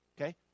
okay